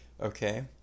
okay